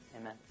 Amen